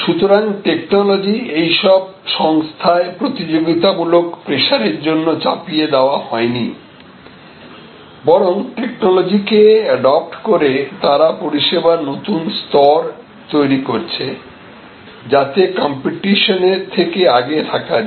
সুতরাং টেকনোলজি এইসব সংস্থায় প্রতিযোগিতামূলক প্রেসার এর জন্য চাপিয়ে দেওয়া হয়নি বরং টেকনোলজিকে এডপ্ট করে তারা পরিষেবার নতুন স্তর তৈরি করছে যাতে কম্পিটিশনের থেকে আগে থাকা যায়